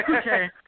Okay